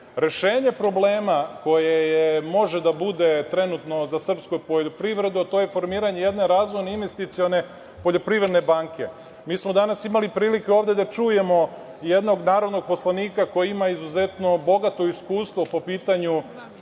problema koje može da bude trenutno za srpsku poljoprivredu, a to je formiranje jedne razvojne investicione poljoprivredne banke. Mi smo danas imali prilike ovde da čujemo jednog narodnog poslanika koji ima izuzetno bogato iskustvo po pitanju